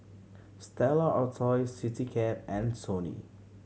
Stella Artois Citycab and Sony